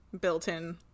built-in